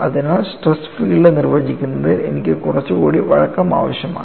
അതിനാൽ stress field നിർവചിക്കുന്നതിൽ എനിക്ക് കുറച്ചുകൂടി വഴക്കം ആവശ്യമാണ്